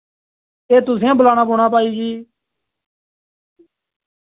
ए तुसैं बुलाना पौना भाई जी